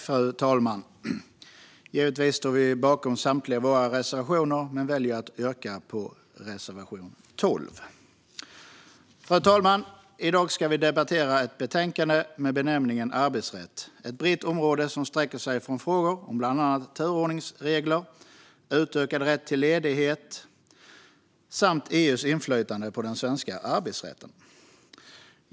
Fru talman! Vi står givetvis bakom samtliga våra reservationer, men jag väljer att yrka bifall endast till reservation 12. I dag ska vi debattera betänkandet Arbetsrätt , ett brett område som sträcker sig från frågor om bland annat turordningsregler och utökad rätt till ledighet till EU:s inflytande på den svenska arbetsrätten.